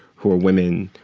who are women,